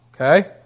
okay